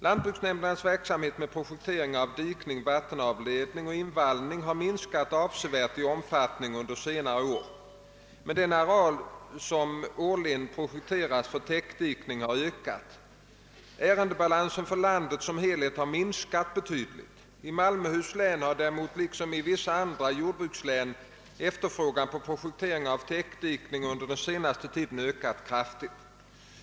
Lantbruksnämndernas verksamhet med projektering av dikning, vattenavledning och invallning har minskat avsevärt i omfattning under senare år, men den areal som årligen projekterats för täckdikning har ökat. Ärendebalansen för landet som helhet har minskat betydligt. I Malmöhus län har däremot liksom i vissa andra jordbrukslän efterfrågan på projektering av täckdikning under senare tid ökat kraftigt.